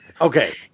Okay